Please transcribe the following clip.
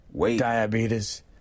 diabetes